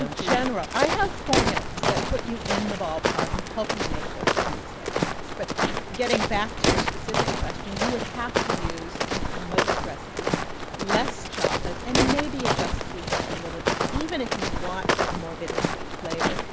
don't you? i have formulas that put you in the ballpark and help you make those translations. but getting back to your specific question, you would have to use in most recipes less chocolate and maybe adjust the sweetness a little bit. even if you want a more bittersweet flavor,